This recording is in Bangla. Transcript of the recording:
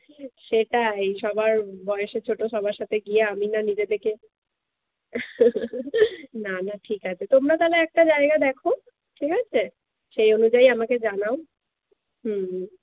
সেটাই সবার বয়েসে ছোট সবার সাথে গিয়ে আমি না নিজে থেকে না না ঠিক আছে তোমরা তাহলে একটা জায়গা দেখো ঠিক আছে সেই অনুযায়ী আমাকে জানাও হুম হুম